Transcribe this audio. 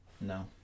No